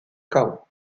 cao